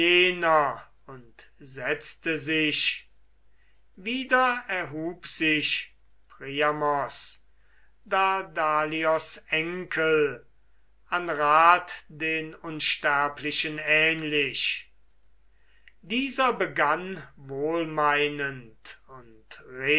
und setzte sich wieder erhub sich priamos dardalios enkel an rat den unsterblichen ähnlich dieser begann wohlmeinend und